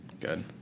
good